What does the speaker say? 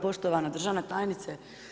Poštovana državna tajnice.